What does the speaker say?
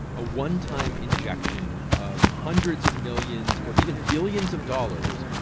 a one-time injection of hundreds of millions, or even billions of dollars,